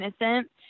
innocent